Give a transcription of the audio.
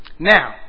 Now